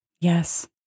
Yes